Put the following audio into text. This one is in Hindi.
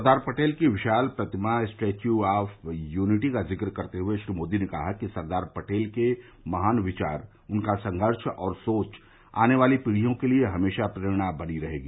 सरदार पटेल की विशाल प्रतिमा स्टेव्यू ऑफ यूनिटी का जिक्र करते हुए श्री मोदी ने कहा कि सरदार पटेल के महान विचार उनका संघर्ष और सोच आने वाली पीढ़ियों के लिए हमेशा प्रेरणा बनी रहेगी